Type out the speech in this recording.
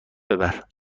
ببر